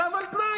צו על תנאי.